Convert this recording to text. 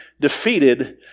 defeated